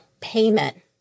payment